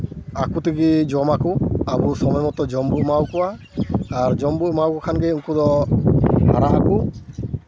ᱟᱠᱚ ᱛᱮᱜᱮ ᱡᱚᱢᱟᱠᱚ ᱟᱵᱚ ᱥᱚᱢᱚᱭ ᱢᱚᱛᱚ ᱡᱚᱢ ᱵᱚᱱ ᱮᱢᱟᱣᱟᱠᱚᱣᱟ ᱟᱨ ᱡᱚᱢ ᱵᱚᱱ ᱮᱢᱟᱣᱟᱠᱚ ᱠᱷᱟᱱ ᱜᱮ ᱩᱱᱠᱩ ᱫᱚ ᱦᱟᱨᱟᱜ ᱟᱠᱚ